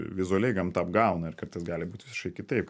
vizualiai gamta apgauna ir kartais gali būt visiškai kitaip